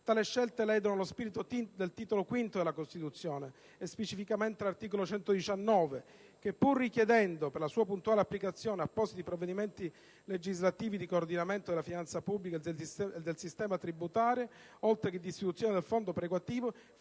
Tali scelte ledono lo spirito del Titolo V della Costituzione e, specificamente, l'articolo 119 che - pur richiedendo per la sua puntuale applicazione appositi provvedimenti legislativi di coordinamento della finanza pubblica e del sistema tributario, oltre che di istituzione del fondo perequativo